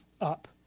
up